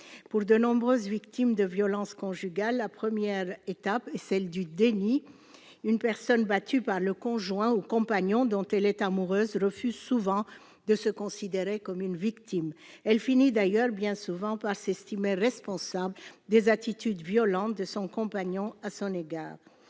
pour de nombreuses victimes de violences conjugales, la première étape est celle du délit, une personne battue par le conjoint ou compagnon dont elle est amoureuse refusent souvent de se considérer comme une victime, elle finit d'ailleurs bien souvent estimait responsable des attitudes violentes de son compagnon à son égard